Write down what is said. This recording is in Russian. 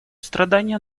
страдания